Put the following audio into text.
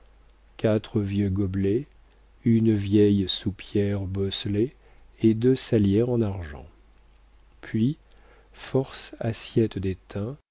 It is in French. quatre vieux gobelets une vieille soupière bosselée et deux salières en argent puis force